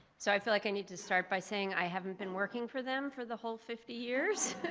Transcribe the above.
so, i feel like i need to start by saying i haven't been working for them for the whole fifty years.